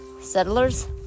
settlers